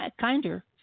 kinder